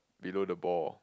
below the ball